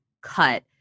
cut